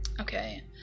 Okay